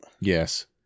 Yes